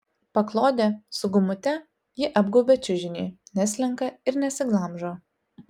paklodė su gumute ji apgaubia čiužinį neslenka ir nesiglamžo